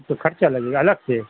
تو خرچہ لگے گا الگ سے